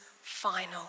final